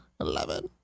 Eleven